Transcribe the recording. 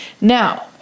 Now